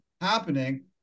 happening